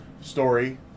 story